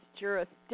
jurisdiction